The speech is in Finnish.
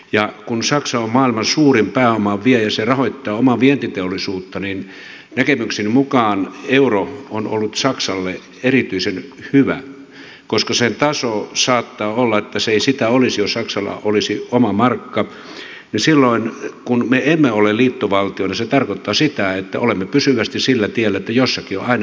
ja kun saksa on maailman suurin pääoman viejä se rahoittaa omaa vientiteollisuuttaan niin näkemykseni mukaan euro on ollut saksalle erityisen hyvä saattaa olla että se ei sitä olisi jos saksalla olisi oma markka ja koska me emme ole liittovaltio niin se tarkoittaa sitä että olemme pysyvästi sillä tiellä että jossakin on aina alijäämää